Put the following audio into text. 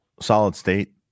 solid-state